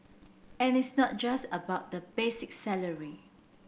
and it's not just about the basic salary